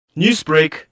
Newsbreak